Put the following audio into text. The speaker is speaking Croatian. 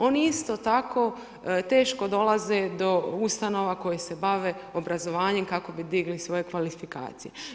Oni isto tako teško dolaze do ustanova koje se bave obrazovanjem kako bi digli svoje kvalifikacije.